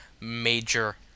major